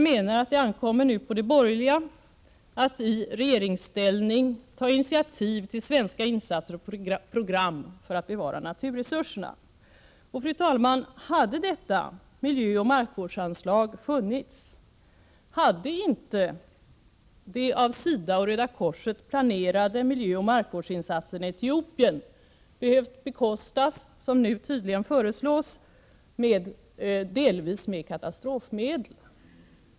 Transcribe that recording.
Det ankommer nu på de borgerliga att i regeringsställning ta initiativ till svenska insatser och program för att bevara naturresurserna. Fru talman! Hade detta miljöoch markvårdsanslag funnits, hade inte de av SIDA och Röda korset planerade miljöoch markvårdsinsatserna i Etiopien behövt bekostas, som nu tydligen föreslås, delvis med katastrofmedel.